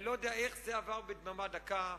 אני לא יודע איך זה עבר בדממה דקה,